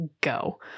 go